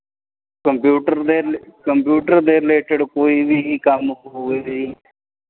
computer ਦੇ computer ਦੇ related ਕੋਈ ਵੀ ਕੰਮ ਹੋਵੇ ਜੀ